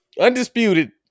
Undisputed